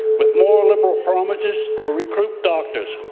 with more liberal promises to recruit doctors.